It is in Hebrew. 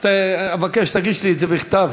להשלים את משפטי.